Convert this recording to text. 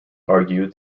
argued